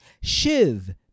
Shiv